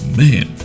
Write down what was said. man